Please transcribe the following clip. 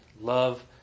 love